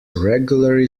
regularly